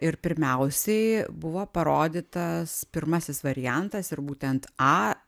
ir pirmiausiai buvo parodytas pirmasis variantas ir būtent a